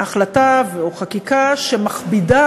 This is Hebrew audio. והחלטה או חקיקה שמכבידה